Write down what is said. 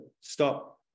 Stop